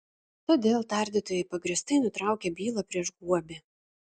todėl tardytojai pagrįstai nutraukė bylą prieš guobį